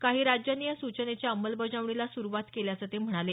काही राज्यांनी या सूचनेच्या अंमलबजावणीला सुरुवात केल्याचं ते म्हणाले